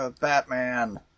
Batman